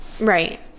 Right